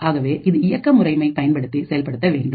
ஆகவே இது இயக்க முறைமை பயன்படுத்தி செயல்படுத்த வேண்டும்